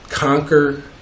Conquer